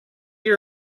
you